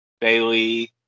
Bailey